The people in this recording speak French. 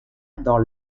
dans